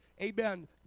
amen